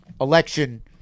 election